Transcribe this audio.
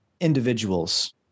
individuals